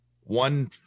one